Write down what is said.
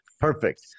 Perfect